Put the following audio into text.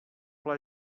pla